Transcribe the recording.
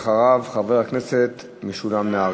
אחריו, חבר הכנסת משולם נהרי.